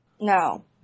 no